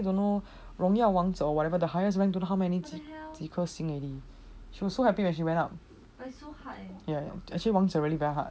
I don't know for me or wangzhe whatever the highest ranked don't know how many people see already she was so happy when she went up ya actually wangzhe really very hard